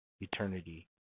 eternity